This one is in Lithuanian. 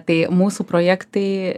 tai mūsų projektai